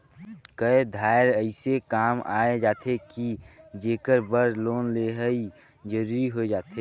कए धाएर अइसे काम आए जाथे कि जेकर बर लोन लेहई जरूरी होए जाथे